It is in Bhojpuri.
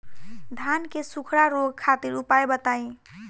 धान के सुखड़ा रोग खातिर उपाय बताई?